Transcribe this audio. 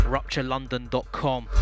RuptureLondon.com